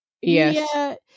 Yes